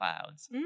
clouds